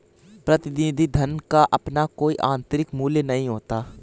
प्रतिनिधि धन का अपना कोई आतंरिक मूल्य नहीं होता है